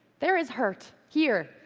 there is hurt, here,